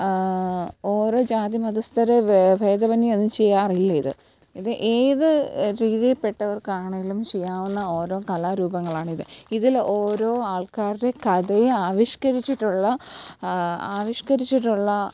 ഓരോ ജാതി മതസ്ഥർ ഭേതമന്യേ അതും ചെയ്യാറില്ല ഇത് ഇത് ഏത് രീതിയിൽ പെട്ടവർക്കാണെങ്കിലും ചെയ്യാവുന്ന ഓരോ കലാരൂപങ്ങളാണ് ഇത് ഇതിൽ ഓരോ ആൾകാരുടെ കഥയെ ആവിഷ്കരിച്ചിട്ടുള്ള ആവിഷ്കരിച്ചിട്ടുള്ള